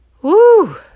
Woo